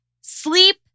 Sleep